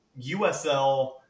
USL